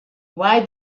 why